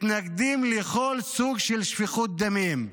מתנגדים לכל סוג של שפיכות דמים,